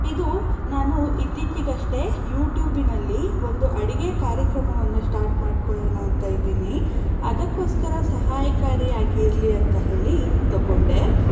ಇದು ನಾನು ಇತ್ತೀಚಿಗಷ್ಟೇ ಯೂಟ್ಯೂಬಿನಲ್ಲಿ ಒಂದು ಅಡಿಗೆಯ ಕಾರ್ಯಕ್ರಮವನ್ನು ಸ್ಟಾರ್ಟ್ ಮಾಡಿಕೊಳ್ಳೋಣ ಅಂತ ಇದ್ದೀನಿ ಅದಕ್ಕೋಸ್ಕರ ಸಹಾಯಕಾರಿಯಾಗಿರಲಿ ಅಂತ ಹೇಳಿ ತಗೊಂಡೆ